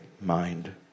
mind